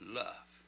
love